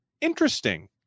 interesting